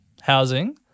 housing